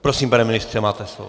Prosím, pane ministře, máte slovo.